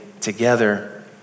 together